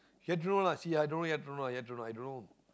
see lah i don't yet i don't know i don't know